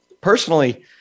personally